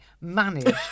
managed